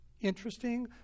Interesting